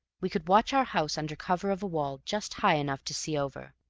we could watch our house under cover of a wall just high enough to see over,